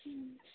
ಹ್ಞೂ